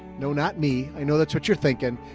no, not me. i know that's what you're thinking.